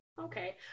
okay